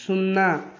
शून्ना